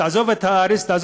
תעזוב את הארץ,